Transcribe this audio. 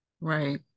Right